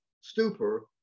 stupor